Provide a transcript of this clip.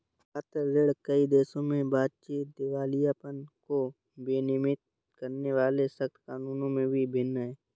छात्र ऋण, कई देशों में बातचीत, दिवालियापन को विनियमित करने वाले सख्त कानूनों में भी भिन्न है